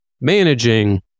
managing